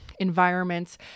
environments